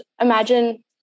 imagine